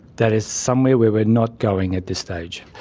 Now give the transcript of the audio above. that is somewhere where we are not going at this stage.